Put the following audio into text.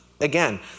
again